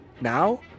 Now